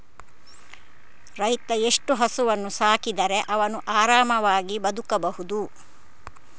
ರೈತ ಎಷ್ಟು ಹಸುವನ್ನು ಸಾಕಿದರೆ ಅವನು ಆರಾಮವಾಗಿ ಬದುಕಬಹುದು?